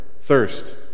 thirst